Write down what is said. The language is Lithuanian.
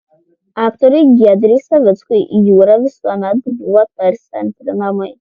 aktoriui giedriui savickui jūra visuomet buvo tarsi antri namai